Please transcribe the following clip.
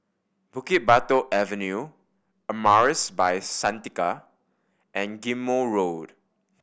Bukit Batok Avenue Amaris By Santika and Ghim Moh Road